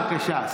בבקשה.